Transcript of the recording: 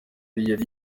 yari